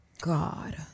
God